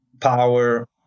power